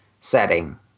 setting